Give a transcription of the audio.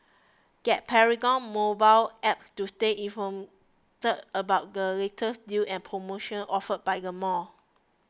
get Paragon's mobile Apps to stay informed about the latest deals and promotions offered by the mall